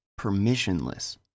permissionless